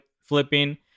flipping